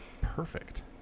perfect